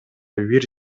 бир